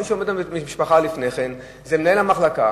מי שעומד מול המשפחה לפני כן זה מנהל המחלקה,